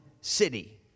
city